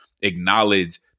acknowledge